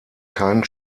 keinen